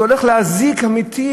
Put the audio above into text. זה הולך להזיק באמת.